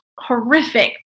horrific